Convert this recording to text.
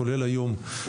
כולל היום.